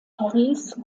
paris